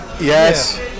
Yes